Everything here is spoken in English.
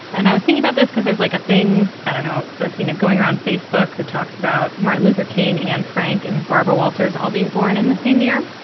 and i was singing about this because there's like a thing i don't know. i've seen it going around facebook that talks about martin luther king and frank and barbara walters all being born in the same year